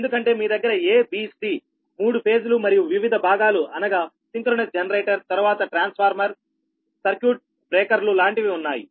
ఎందుకంటే మీ దగ్గర a b cమూడు ఫేజ్ లు మరియు వివిధ భాగాలు అనగా సింక్రోనస్ జనరేటర్తరువాత ట్రాన్స్ఫార్మర్సర్క్యూట్ బ్రేకర్లు లాంటివి ఉన్నాయి